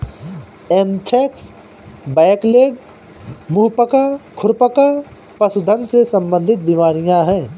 anthrax, blackleg, मुंह पका, खुर पका पशुधन से संबंधित बीमारियां हैं